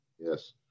Yes